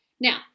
Now